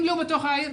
אם לא בתוך העיר,